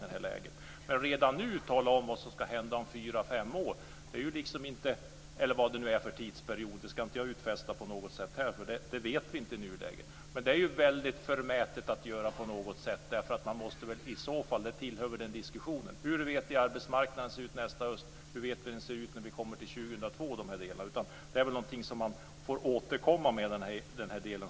Det är väldigt förmätet att redan nu tala om vad som ska hända om fyra fem år - eller vad det nu är för tidsperiod. Det kan inte jag utfästa på något sätt här för det vet vi inte i nuläget. I så fall måste man diskutera - det tillhör den diskussionen - hur arbetsmarknaden ser ut nästa höst och när vi kommer till 2002. Hur vet vi det i dag? Det är någonting som man får återkomma med.